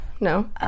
no